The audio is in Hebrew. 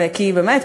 כי באמת,